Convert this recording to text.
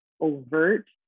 overt